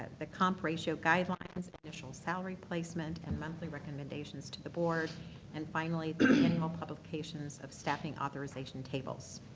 the comp ratio guidelines, initial salary placement and monthly recommendations to the board and, finally, the annual publications of staffing authorization tables.